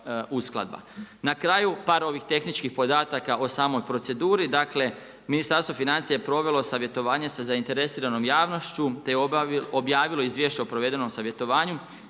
Na kraju par ovih tehničkih podataka o samoj proceduri. Ministarstvo financija je provelo savjetovanje sa zainteresiranom javnošću, te objavilo izvješće o provedenom savjetovanju.